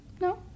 No